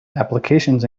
applications